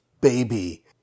baby